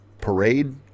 parade